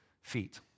feet